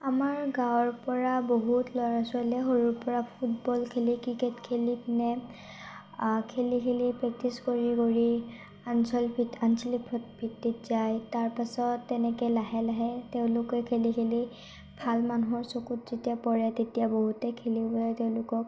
আমাৰ গাঁৱৰ পৰা বহুত ল'ৰা ছোৱালীয়ে সৰুৰ পৰা ফুটবল খেলি ক্ৰিকেট খেলি খেলি খেলি প্ৰেক্টিচ কৰি কৰি আঞ্চলিক আঞ্চলিক ভিত্তিত যায় তাৰপাছত তেনেকৈ লাহে লাহে তেওঁলোকে খেলি খেলি ভাল মানুহৰ চকুত যেতিয়া পৰে তেতিয়া বহুতে খেলিবলৈ তেওঁলোকক